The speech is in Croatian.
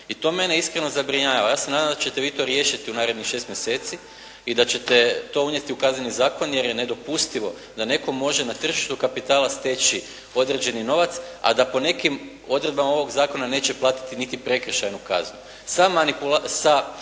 I to mene iskreno zabrinjava. Ja se nadam da ćete vi to riješiti u narednih 6 mjeseci i da ćete to unesti u Kazneni zakon, jer je nedopustivo da netko može na tržištu kapitala steći određeni novac, a da po nekim odredbama ovog zakona neće platiti niti prekršajnu kaznu.